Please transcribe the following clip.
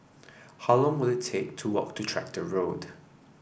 how long will it take to walk to Tractor Road